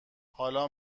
حالا